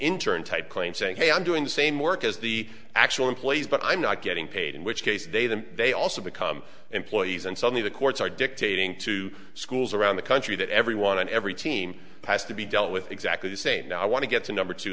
intern type claim saying hey i'm doing the same work as the actual employees but i'm not getting paid in which case they then they also become employees and suddenly the courts are dictating to schools around the country that everyone on every team has to be dealt with exactly the same now i want to get to number two